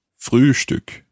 Frühstück